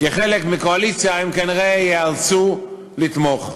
כחלק מהקואליציה, הם כנראה ייאלצו לתמוך.